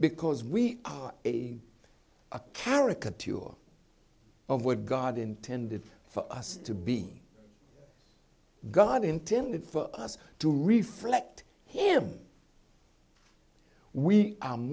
because we are a carriker tour of what god intended for us to be god intended for us to reflect him we